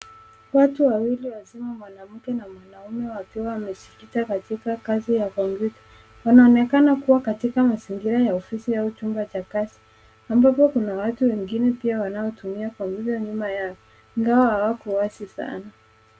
Watu wawili wazima mwanamke na mwanaume wakiwa wamejikita katika kazi ya kompyuta. Wanaonekana kuwa katika mazingira ya ofisi au chumba cha kazi ambapo kuna watu wengine pia wanaotumua kompyuta nyuma yao ingawa hawako wazi sana.